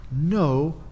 No